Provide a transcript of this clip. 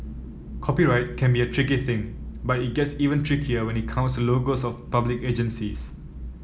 copyright can be a tricky thing but it gets even trickier when it comes logos of public agencies